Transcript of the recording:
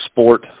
sport